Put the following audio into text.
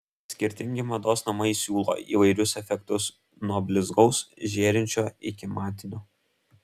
skirtingi mados namai siūlo įvairius efektus nuo blizgaus žėrinčio iki matinio